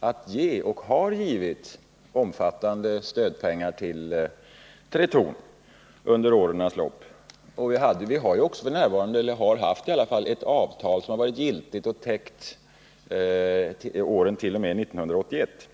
att ge och har givit omfattande stödpengar till Tretorn under årens lopp. Vi har också haft ett avtal som varit giltigt och täckt åren t.o.m. 1981.